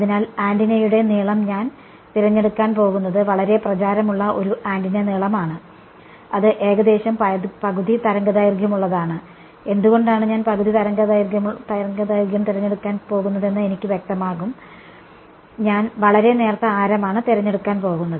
അതിനാൽ ആന്റിനയുടെ നീളം ഞാൻ തിരഞ്ഞെടുക്കാൻ പോകുന്നത് വളരെ പ്രചാരമുള്ള ഒരു ആന്റിന നീളമാണ് അത് ഏകദേശം പകുതി തരംഗദൈർഘ്യമുള്ളതാണ് എന്തുകൊണ്ടാണ് ഞാൻ പകുതി തരംഗദൈർഘ്യം തിരഞ്ഞെടുക്കാൻ പോകുന്നതെന്ന് എനിക്ക് വ്യക്തമാകും ഞാൻ വളരെ നേർത്ത ആരമാണ് തിരഞ്ഞെടുക്കാൻ പോകുന്നത്